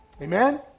Amen